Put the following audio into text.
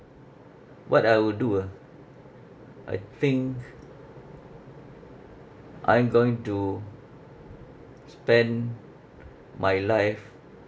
what I would do ah I think I'm going to spend my life